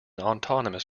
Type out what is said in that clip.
autonomous